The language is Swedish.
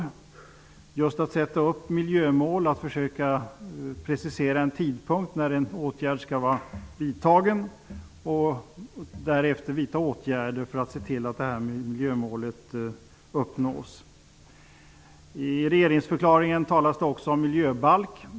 Det talas om att sätta upp miljömål, om att försöka precisera en tidpunkt när en viss åtgärd skall vara vidtagen och om att vidta åtgärder för att se till att det uppsatta miljömålet verkligen uppnås. I regeringsförklaringen talas det också om miljöbalk.